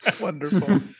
Wonderful